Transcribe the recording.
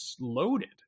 loaded